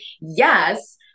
yes